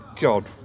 God